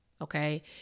Okay